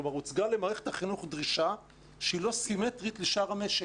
כלומר הוצגה למערכת החינוך דרישה שהיא לא סימטרית לשאר המשק,